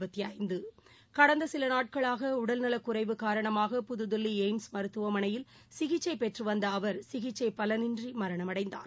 ப்புகடந்தசிலநாட்களாகஉடல்நலக் குறைவு புதுதில்லிஎய்ம்ஸ் மருத்துவமனையில் சிகிச்சைபெற்றுவந்த அவர் சிகிச்சைபாலனின்றிமரணமடைந்தார்